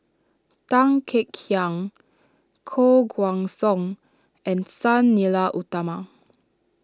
Tan Kek Hiang Koh Guan Song and Sang Nila Utama